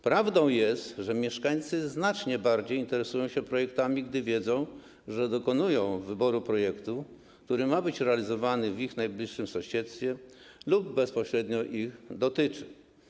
Prawdą jest, że mieszkańcy znacznie bardziej interesują się projektami, gdy wiedzą, że dokonują wyboru projektu, który ma być realizowany w ich najbliższym sąsiedztwie lub bezpośrednio ich dotyczy.